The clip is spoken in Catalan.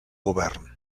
govern